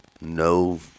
no